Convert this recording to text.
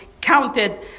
counted